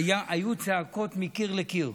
היו צעקות מקיר לקיר,